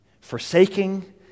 forsaking